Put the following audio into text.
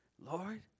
Lord